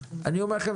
אני אומר לכם,